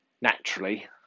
naturally